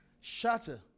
shatter